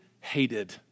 hated